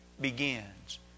begins